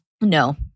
No